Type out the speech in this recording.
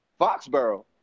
Foxborough